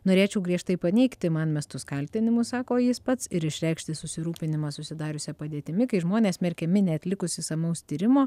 norėčiau griežtai paneigti man mestus kaltinimus sako jis pats ir išreikšti susirūpinimą susidariusia padėtimi kai žmonės smerkiami neatlikus išsamaus tyrimo